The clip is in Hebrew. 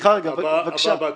הבא בתור.